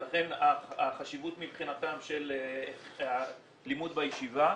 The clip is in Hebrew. לכן החשיבות מבחינתם של לימוד בישיבה,